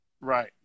Right